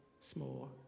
small